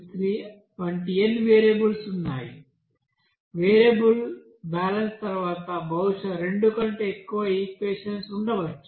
material balance తర్వాత బహుశా రెండు కంటే ఎక్కువ ఈక్వెషన్స్ ఉండవచ్చు